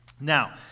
Now